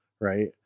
right